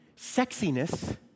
sexiness